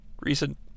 recent